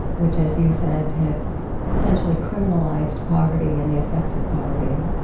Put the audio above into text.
which, as you said, had essentially criminalized poverty and the effects of poverty.